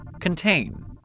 Contain